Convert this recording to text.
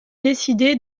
décidé